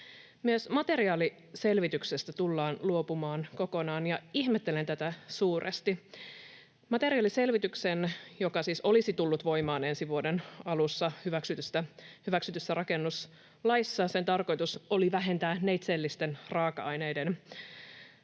Myös materiaaliselvityksestä tullaan luopumaan kokonaan, ja ihmettelen tätä suuresti. Materiaaliselvityksen, joka siis olisi tullut voimaan ensi vuoden alussa hyväksytyssä rakennuslaissa, tarkoitus oli vähentää neitseellisten raaka-aineiden